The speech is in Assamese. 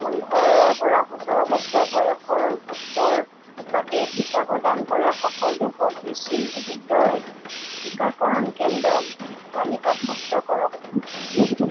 পোন্ধৰৰ পৰা সোতৰ বছৰ বয়সৰ গোটৰ বাবে টীকা প্ৰদান কৰা সকলো কোভিচিল্ড টীকাকৰণ কেন্দ্ৰ তালিকাভুক্ত কৰক